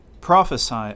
prophesy